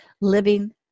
living